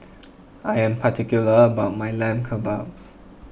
I am particular about my Lamb Kebabs